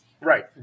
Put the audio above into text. right